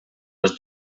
was